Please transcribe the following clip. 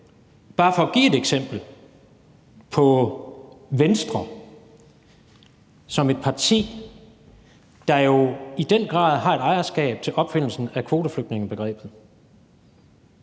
bare for at give et eksempel på Venstre som et parti, der jo i den grad har et ejerskab til opfindelsen af kvoteflygtningebegrebet,